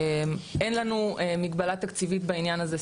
אין לנו מגבלה תקציבית בעניין הזה.